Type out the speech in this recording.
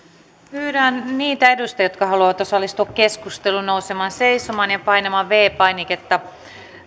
pyydän niitä edustajia jotka haluavat osallistua keskusteluun nousemaan seisomaan ja painamaan viides painiketta